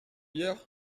hier